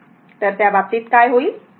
तर त्या बाबतीत काय होईल ते 15 u आहे